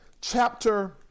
chapter